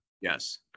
yes